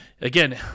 Again